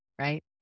Right